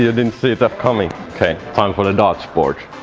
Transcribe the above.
yeah didn't see that coming okay, time for the dart board!